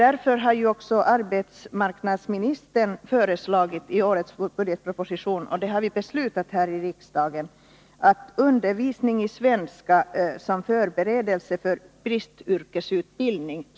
Därför har arbetsmarknadsministern i årets budgetproposition också föreslagit — och det har vi fattat beslut om här i riksdagen — att undervisning i svenska hädanefter skall kunna meddelas som förberedelse för bristutbildning.